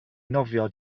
nofio